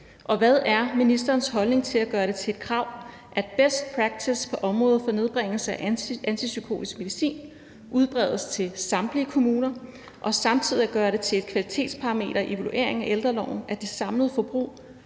og hvad er ministeren holdning til at gøre det til et krav, at best practice på området for nedbringelse af antipsykotisk medicin udbredes til samtlige kommuner, og samtidig at gøre det til et kvalitetsparameter i evalueringen af ældreloven, at det samlede forbrug